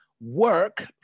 work